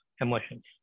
emotions